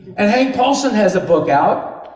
and hank paulson has a book out,